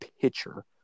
pitcher